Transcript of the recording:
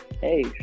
hey